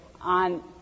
on